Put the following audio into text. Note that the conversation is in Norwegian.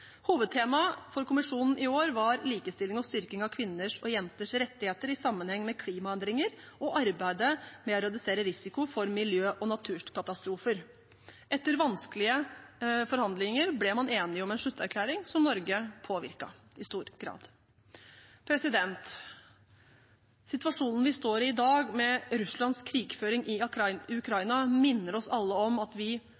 for kommisjonen i år var likestilling og styrking av kvinners og jenters rettigheter i sammenheng med klimaendringer og arbeidet med å redusere risiko for miljø- og naturkatastrofer. Etter vanskelige forhandlinger ble man enig om en slutterklæring som Norge påvirket i stor grad. Situasjonen vi står i i dag, med Russlands krigføring i